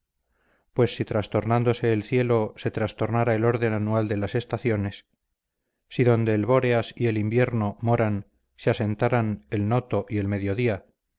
pues si trastornándose el cielo se trastornara el orden anual de las estaciones si donde el bóreas y el invierno moran se asentaran el noto y el mediodía